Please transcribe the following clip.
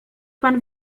pan